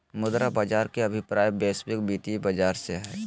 मुद्रा बाज़ार के अभिप्राय वैश्विक वित्तीय बाज़ार से हइ